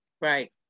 right